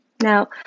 Now